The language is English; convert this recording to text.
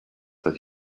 that